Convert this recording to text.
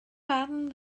barn